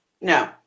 No